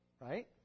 right